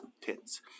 tits